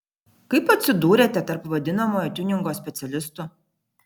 kaip atsidūrėte tarp vadinamojo tiuningo specialistų